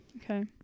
okay